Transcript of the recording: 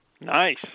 Nice